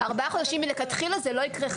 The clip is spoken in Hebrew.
ארבעה חודשים מלכתחילה זה לא יקרה.